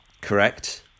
Correct